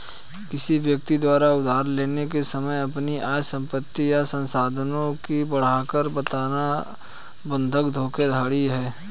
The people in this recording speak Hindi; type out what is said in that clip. किसी व्यक्ति द्वारा उधार लेने के समय अपनी आय, संपत्ति या साधनों की बढ़ाकर बताना बंधक धोखाधड़ी है